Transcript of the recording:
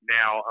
now